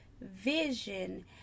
vision